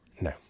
No